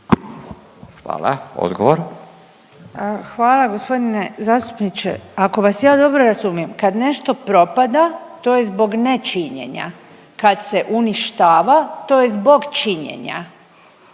Nina (HDZ)** Hvala. Gospodine zastupniče ako vas ja dobro razumijem kad nešto propada to je zbog nečinjenja, kad se uništava to je zbog činjenja.